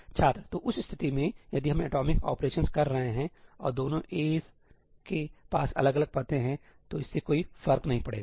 छात्रतो उस स्थिति में यदि हम एटॉमिक ऑपरेशंस कर रहे हैं और दोनों 'a' के पास अलग अलग पते हैं तो इससे कोई फर्क नहीं पड़ेगा